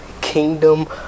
Kingdom